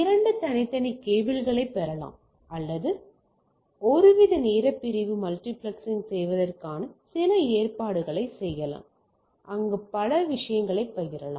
இரண்டு தனித்தனி கேபிள்களைப் பெறலாம் அல்லது ஒருவித நேரப் பிரிவு மல்டிபிளெக்சிங் செய்வதற்கான சில ஏற்பாடுகளைச் செய்யலாம் அங்கு பல விஷயங்களைப் பகிரலாம்